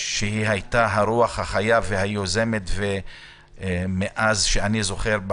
שהייתה הרוח החיה והיוזמת מאז שאני זוכר,